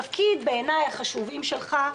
אחד התפקידים החשובים שלך: